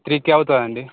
three K అవుతుందండి